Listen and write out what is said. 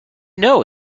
know